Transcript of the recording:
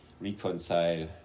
reconcile